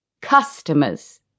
Customers